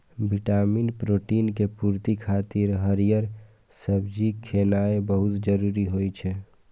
vitamin, protein के पूर्ति खातिर हरियर सब्जी खेनाय बहुत जरूरी होइ छै